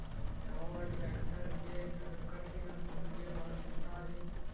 ಯಾವ ಟ್ರ್ಯಾಕ್ಟರಗೆ ನಡಕಟ್ಟಿನ ಕೂರಿಗೆ ಬಳಸುತ್ತಾರೆ?